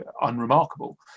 unremarkable